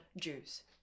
Jews